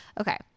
Okay